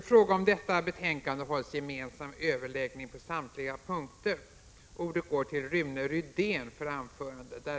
I fråga om detta betänkande skulle debatten vara gemensam för samtliga punkter.